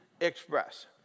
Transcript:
express